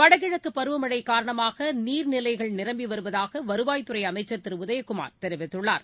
வடகிழக்குபருவமழைகாரணமாகநீர் நிலைகள் நிரம்பிவருவதாகவருவாய்த் துறைஅமைச்சா் திருஉதயகுமார் கூறியுள்ளார்